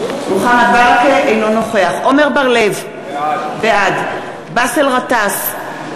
אינו נוכח עמר בר-לב, בעד באסל גטאס,